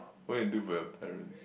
what you do for your parent